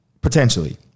potentially